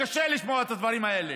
קשה לשמוע את הדברים האלה.